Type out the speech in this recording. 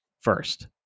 first